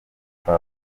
kwa